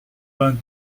vingt